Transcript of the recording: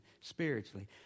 spiritually